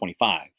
25